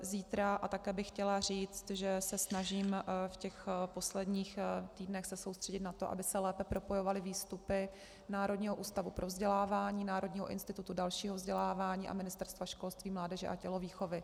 Zítra a také bych chtěla říct, že se snažím v posledních týdnech soustředit na to, aby se lépe propojovaly výstupy Národního ústavu pro vzdělávání, Národního institutu dalšího vzdělávání a Ministerstva školství, mládeže a tělovýchovy.